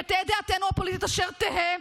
ותהא דעתנו הפוליטית אשר תהא,